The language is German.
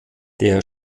der